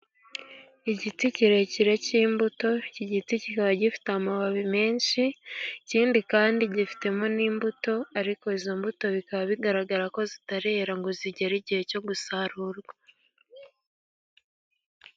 Igiti kirekire cy'imbuto, iki giti kikaba gifite amababi menshi, ikindi kandi gifitemo n'imbuto, ariko izo mbuto bikaba bigaragara ko zitarera ngo zigere igihe cyo gusarurwa.